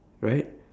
right